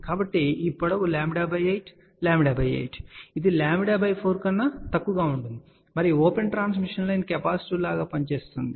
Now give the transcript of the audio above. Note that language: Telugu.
కాబట్టి ఈ పొడవు λ8 λ8 ఇది λ4 కన్నా తక్కువగా ఉంటుంది మరియు ఓపెన్ ట్రాన్స్మిషన్ లైన్ కెపాసిటివ్ లాగా పనిచేస్తుంది